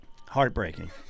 Heartbreaking